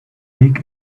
big